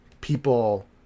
people